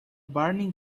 burning